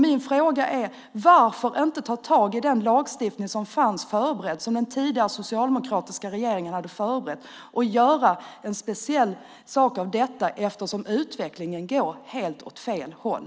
Min fråga är: Varför inte ta tag i den lagstiftning som den tidigare, socialdemokratiska regeringen hade förberett och göra något speciellt av detta eftersom utvecklingen går åt helt fel håll?